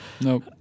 Nope